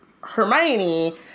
Hermione